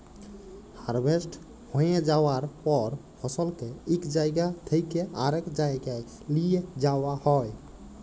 harvest হঁয়ে যাউয়ার পর ফসলকে ইক জাইগা থ্যাইকে আরেক জাইগায় লিঁয়ে যাউয়া হ্যয়